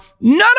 None